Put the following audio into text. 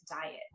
diet